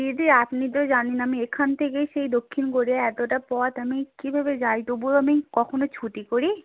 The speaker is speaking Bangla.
দিদি আপনি তো জানেন আমি এখান থেকেই সেই দক্ষিণ গড়িয়া এতোটা পথ আমি কীভাবে যাই তবুও আমি কখনও ছুটি করি